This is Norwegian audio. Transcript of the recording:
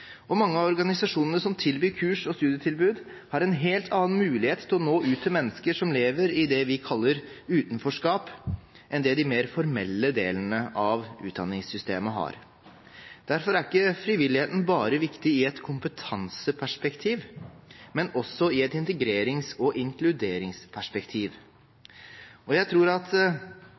Norge. Mange av organisasjonene som tilbyr kurs og studier, har en helt annen mulighet til å nå ut til mennesker som lever i det vi kaller utenforskap, enn det de mer formelle delene av utdanningssystemet har. Derfor er ikke frivilligheten bare viktig i et kompetanseperspektiv, men også i et integrerings- og inkluderingsperspektiv. Og jeg tror at